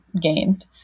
gained